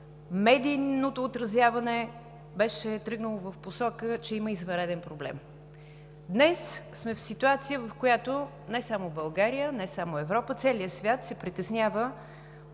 медийното отразяване беше тръгнало в посока, че има извънреден проблем. Днес сме в ситуация, в която не само България, не само Европа, целият свят се притеснява